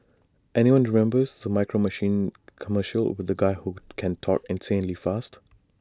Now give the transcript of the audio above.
anyone remember the micro machines commercials with the guy who can talk insanely fast